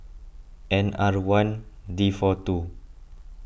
N R one D four two